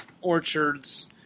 orchards